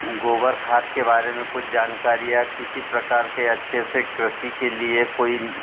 गोबर खाद के बारे में कुछ जानकारियाँ किसी प्रकार के अच्छे से कृषि के लिए कोई